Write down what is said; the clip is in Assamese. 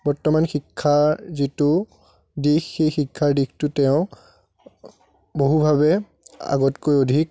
বৰ্তমান শিক্ষাৰ যিটো দিশ সেই শিক্ষাৰ দিশটো তেওঁ বহুভাৱে আগতকৈ অধিক